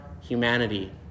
humanity